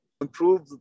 improve